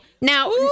Now